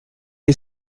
est